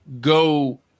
go